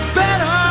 better